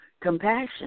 compassion